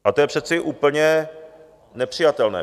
A to je přece úplně nepřijatelné.